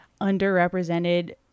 underrepresented